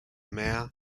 mare